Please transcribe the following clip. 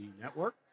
Network